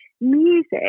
music